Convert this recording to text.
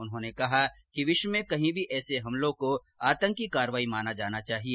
उन्होंने कहा कि विश्व में कहीं भी ऐसे हमलों को आतंकी कार्रवाई माना जाना चाहिए